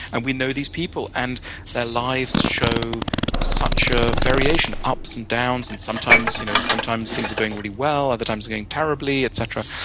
and we know these people. and their lives show such a variation, ups and downs. and sometimes you know sometimes things are going really well, other times, going terribly, etc.